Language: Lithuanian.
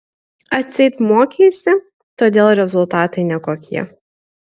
atseit mokeisi todėl rezultatai nekokie